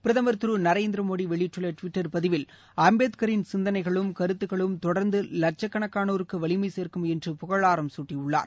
பிரதமர் திரு நரேந்திர மோடி வெளியிட்டுள்ள டுவிட்டர் பதிவில் அம்பேத்கரின் சிந்தனைகளும் கருத்துக்களும் தொடர்ந்து வட்சக்கணக்கானோருக்கு வலிமை சேர்க்கும் என்று புகழாரம் சூட்டியுள்ளார்